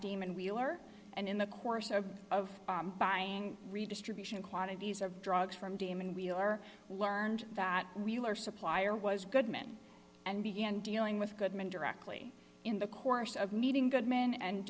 demon wheeler and in the course of buying redistribution quantities of drugs from demon wheeler learned that wheeler supplier was goodman and began dealing with goodman directly in the course of meeting good men and